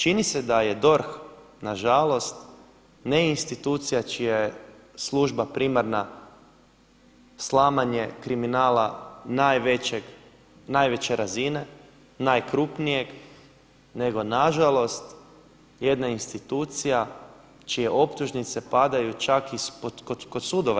Čini se da je DORH na žalost ne institucija čija je služba primarna slamanje kriminala najveće razine, najkrupnijeg nego na žalost jedna institucija čije optužnice padaju čak i kod sudova.